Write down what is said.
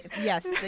Yes